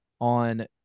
on